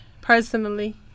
personally